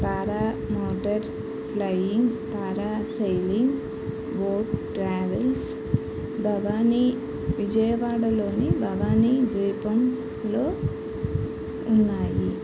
paramotor flying parasailing boat travels Bhavani విజయవాడలోని భవానీ ద్వీపంలో ఉన్నాయి